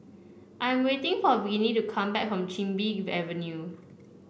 I'm waiting for Viney to come back from Chin Bee Avenue